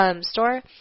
store